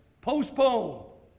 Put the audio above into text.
Postpone